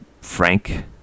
frank